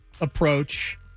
approach